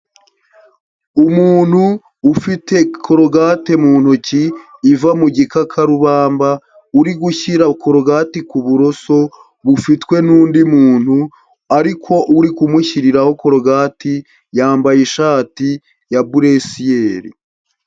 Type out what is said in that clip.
Umuntu ufite korogate mu ntoki iva mu gikakarubamba, uri gushyira kurogati ku buroso bufitwe n'undi muntu ariko uri kumushyiriraho korogati yambaye ishati ya buresiyeri.